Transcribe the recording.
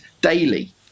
daily